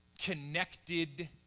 connected